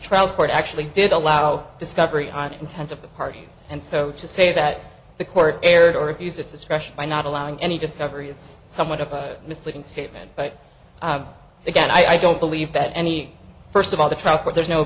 trial court actually did allow discovery on intent of the parties and so to say that the court erred or abused its discretion by not allowing any discovery it's somewhat of a misleading statement but again i don't believe that any first of all the trial court there's no